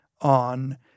on